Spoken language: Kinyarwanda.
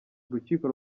urukiko